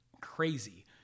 crazy